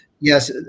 Yes